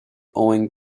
owing